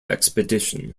expedition